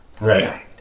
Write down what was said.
Right